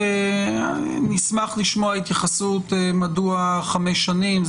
נשמח לשמוע התייחסות, מדוע חמש שנים.